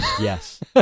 Yes